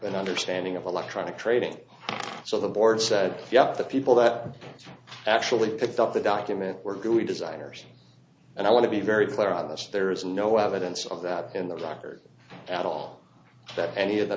an understanding of electronic trading so the board said yup the people that actually picked up the document were good designers and i want to be very clear on this there is no evidence of that in the jacket at all that any of the